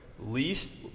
least